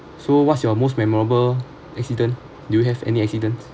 so what's your most memorable accident do you have any accidents